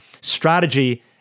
strategy